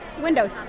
Windows